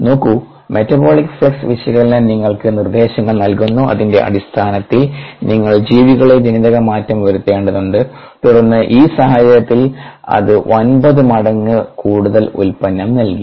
നോക്കൂ metabolic flux വിശകലനം നിങ്ങൾക്ക് നിർദ്ദേശങ്ങൾ നൽകുന്നു അതിന്റെ അടിസ്ഥാനത്തിൽ നിങ്ങൾ ജീവികളെ ജനിതകമാറ്റം വരുത്തേണ്ടതുണ്ട് തുടർന്ന് ഈ സാഹചര്യത്തിൽ അത് 3 മടങ്ങ് കൂടുതൽ ഉല്പന്നം നൽകി